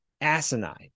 asinine